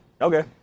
Okay